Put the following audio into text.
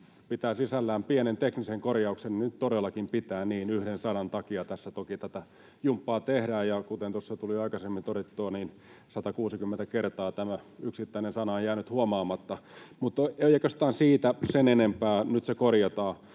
pitää sisällään pienen teknisen korjauksen, niin nyt todellakin pitää, kun yhden sanan takia tässä tätä jumppaa tehdään. Ja kuten tuossa tuli jo aikaisemmin todettua, 160 kertaa tämä yksittäinen sana on jäänyt huomaamatta. Mutta ei oikeastaan siitä sen enempää — nyt se korjataan.